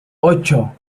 ocho